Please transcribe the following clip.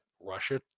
Russia